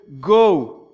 go